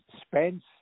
Spence